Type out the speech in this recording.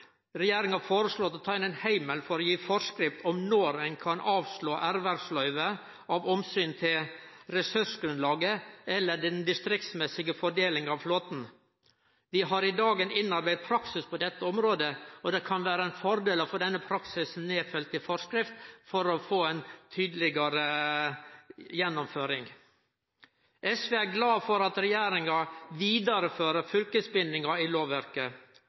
om når ein kan avslå ervervsløyve av omsyn til ressursgrunnlaget eller den distriktsmessige fordelinga av flåten. Vi har i dag ein innarbeidd praksis på dette området, og det kan vere ein fordel å få denne praksisen nedfelt i forskrift for å få ei tydelegare gjennomføring. SV er glad for at regjeringa vidarefører fylkesbindinga i lovverket.